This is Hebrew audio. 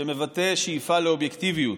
שמבטא שאיפה לאובייקטיביות.